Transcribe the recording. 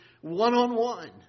one-on-one